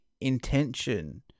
intention